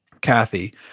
Kathy